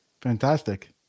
Fantastic